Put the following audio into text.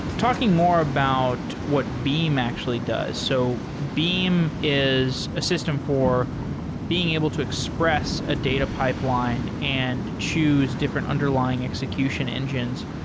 talking more about what beam actually does. so beam is is a system for being able to express a data pipeline and choose different underlying execution engines.